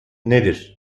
nedir